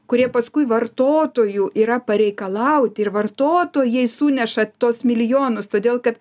kurie paskui vartotojų yra pareikalauti ir vartotojai suneša tuos milijonus todėl kad